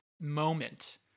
moment